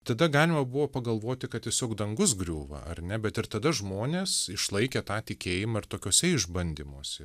tada galima buvo pagalvoti kad tiesiog dangus griūva ar ne bet ir tada žmonės išlaikė tą tikėjimą ir tokiuose išbandymuose